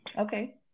Okay